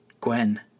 Gwen